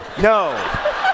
No